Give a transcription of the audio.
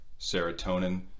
serotonin